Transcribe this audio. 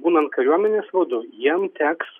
būnant kariuomenės vadu jiem teks